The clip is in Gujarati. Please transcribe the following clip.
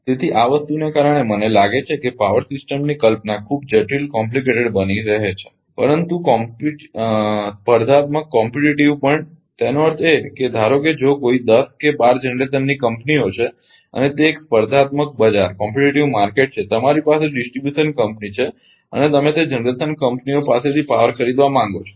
તેથી આ વસ્તુને કારણે મને લાગે છે કે પાવર સિસ્ટમની કલ્પના ખૂબ જટિલ બની રહી છે પરંતુ સ્પર્ધાત્મક પણ તેનો અર્થ છે ધારો કે જો કોઈ 10 કે બાર જનરેશનની કંપનીઓ છે અને તે એક સ્પર્ધાત્મક બજાર છે અને તમારી પાસે ડિસ્ટ્રિબ્યુશન કંપની છે અને તમે તે જનરેશન કંપનીઓ પાસેથી પાવર ખરીદવા માંગો છો